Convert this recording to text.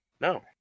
No